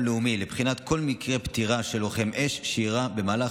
הלאומי לבחינת כל מקרה פטירה של לוחם שאירע במהלך